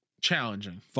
challenging